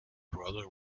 brother